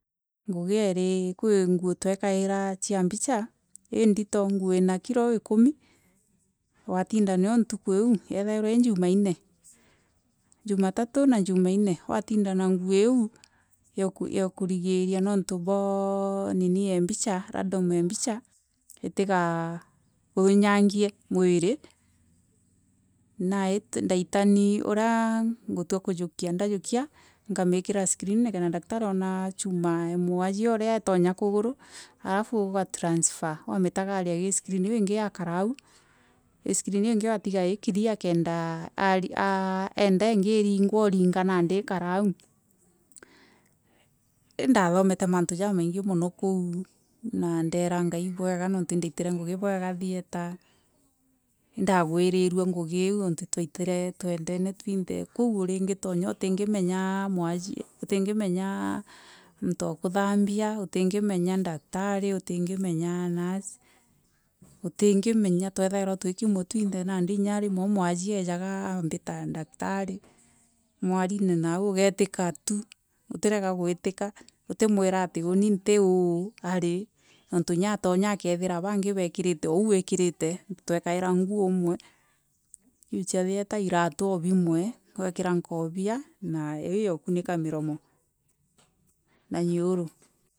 Ngugi eeri kwi nguo tukagaira cia mbika indito nguo iina kiro uu ikumi waatinda nayo ntuku iu. Yaithagairwa iri jumaine, jumatatu na jumaina waatinda na nguo iiu yuuku rigiiria ni untu bwa ninii ee mbica random ee mbica itakakuinyangie mwiri na ndaitani uria tukujukia ndajukia nkamiikira screenine kenda daktari aona cuuma ee mwajie uria yatonya kuguru arafu ugamitransfer waamitagaria kiri screen iu iingi igakara au kiru. Screen iu ingi wamitiga iri clear kenda AA enda ingi iringwa uringa nandi ikara au Indathomete mantu jamaingi mono kou na ndeera ngai ibwega ni untu indaitere ngugi bwega theatre, indaguirirwe ngugi iu niuntu itwaitere twendene twinthe. Kou uringitonya utingimenya menyaa muntu o kuthambia utingimenya daktari utingi menya nurse, utingi menya twathagairwa twi kimwe twinthe inya rimwe mwajie aejaga aambita rimwe daktari mwarine nau ugaetika tu uterega gwitika utimwira ati uuni nti uu aari niuntu inya aatonya ariithira baangi bekerite oo uui wikirite twekaira nguo umwe iu cha theatre iraatu o umwe nkoobia na iu ya ukunika muromo na nguuru.